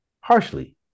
harshly